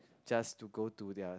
just to go to their